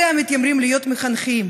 אלה המתיימרים להיות מחנכים